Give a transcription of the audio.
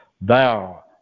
thou